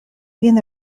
vin